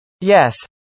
Yes